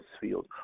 field